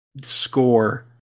Score